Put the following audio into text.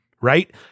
right